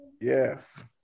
Yes